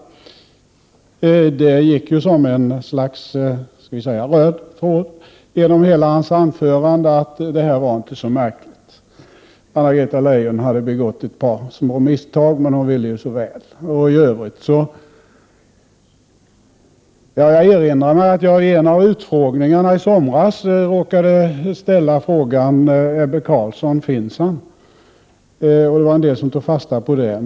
Genom hans anförande gick såsom en röd tråd att det hela inte var så märkvärdigt. Anna-Greta Leijon hade begått ett par små misstag, men hon ville så väl. Jag erinrar mig att jag i en utfrågning i somras råkade ställa frågan: Ebbe Carlsson, finns han? Det var en del som tog fasta på det.